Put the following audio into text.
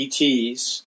ETs